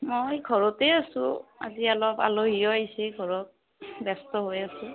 মই ঘৰতেই আছোঁ আজি অলপ আলহিও আহিছে ঘৰত ব্যস্ত হৈ আছোঁ